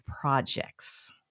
projects